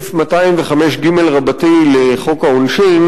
סעיף 205ג לחוק העונשין,